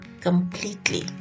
completely